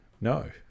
no